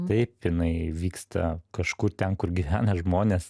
taip jinai vyksta kažkur ten kur gyvena žmonės